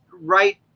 right